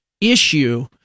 issue